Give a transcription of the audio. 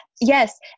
yes